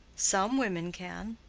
some women can.